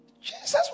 Jesus